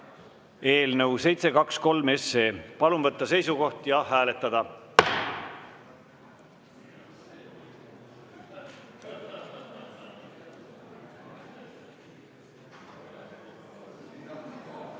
eelnõu 723. Palun võtta seisukoht ja hääletada!